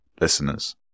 listeners